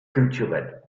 culturel